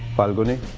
falguni,